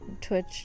Twitch